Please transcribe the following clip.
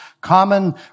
common